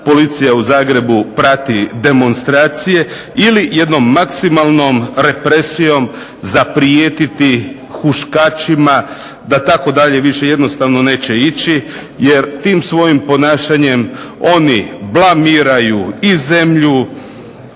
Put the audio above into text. policija u Zagrebu prati demonstracije ili jednom maksimalnom represijom zaprijetiti huškačima da tako dalje više jednostavno neće ići jer tim svojim ponašanjem oni blamiraju i zemlju